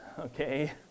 okay